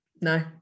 no